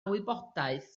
wybodaeth